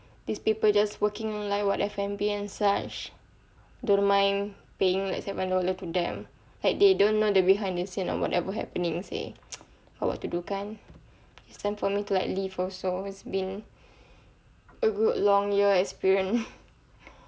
these people just working like what F&B and such don't mind paying seven dollar to them like they don't know the behind the scene on whatever happening seh but what to do kan it's time for me to like leave also it's been a good long year experience